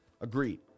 Agreed